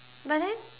but then